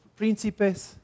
príncipes